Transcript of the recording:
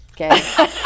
Okay